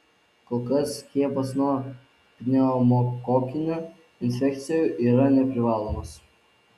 kol kas skiepas nuo pneumokokinių infekcijų yra neprivalomas